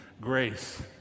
grace